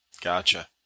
Gotcha